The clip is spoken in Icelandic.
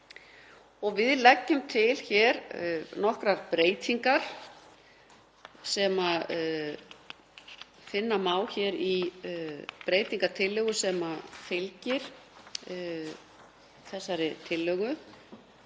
leggjum til nokkrar breytingar sem finna má hér í breytingartillögu sem fylgir nefndarálitinu.